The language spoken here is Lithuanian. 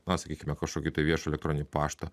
na sakykime kažkokį tai viešą elektroninį paštą